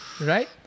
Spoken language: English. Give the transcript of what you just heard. Right